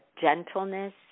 gentleness